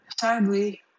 sadly